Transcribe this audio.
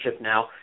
now